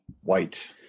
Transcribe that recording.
White